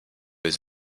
his